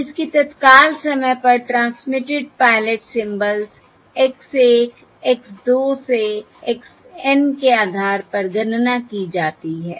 और इसकी तत्काल समय पर transmitted pilot symbols x 1 x 2 से x N के आधार पर गणना की जाती है